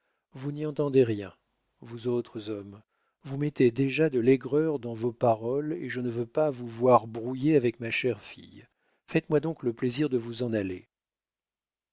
vous n'y entendez rien vous autres hommes vous mettez déjà de l'aigreur dans vos paroles et je ne veux pas vous voir brouillés avec ma chère fille faites-moi donc le plaisir de vous en aller